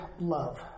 love